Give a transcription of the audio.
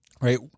right